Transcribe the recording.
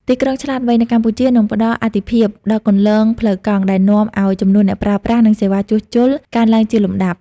ទីក្រុងឆ្លាតវៃ នៅកម្ពុជានឹងផ្តល់អាទិភាពដល់គន្លងផ្លូវកង់ ដែលនាំឱ្យចំនួនអ្នកប្រើប្រាស់ និងសេវាជួសជុលកើនឡើងជាលំដាប់។